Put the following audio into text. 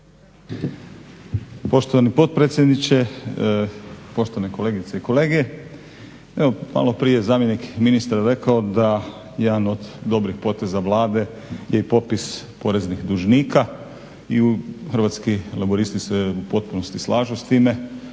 Poštovani potpredsjedniče, poštovane kolegice i kolege. Evo malo prije je zamjenik ministra rekao da jedan od dobrih poteza Vlade je i popis poreznih dužnika. I Hrvatski laburisti se u potpunosti slažu s time